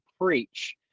preach